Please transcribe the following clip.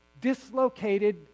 dislocated